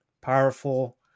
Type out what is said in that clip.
powerful